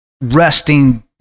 resting